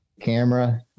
camera